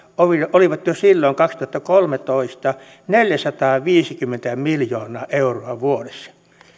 olivat jo silloin kaksituhattakolmetoista hometutkimuksen mukaan neljäsataaviisikymmentä miljoonaa euroa vuodessa